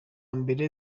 mbere